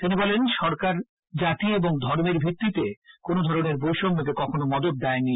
তিনি বলেন সরকার জাতি ও ধর্মের ভিত্তিতে কোনও ধরনের বৈষম্যকে কখনো মদত দেয়নি